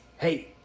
Hey